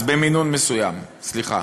אז במינון מסוים, סליחה.